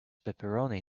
pepperoni